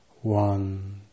One